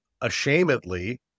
ashamedly